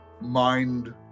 mind